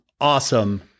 awesome